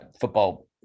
football